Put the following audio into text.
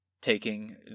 taking